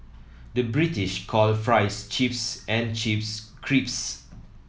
the British call fries chips and chips crisps